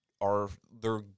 are—they're